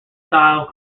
style